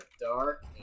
dark